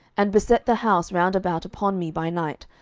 and beset the house round about upon me by night,